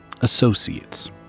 associates